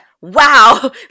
wow